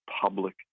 public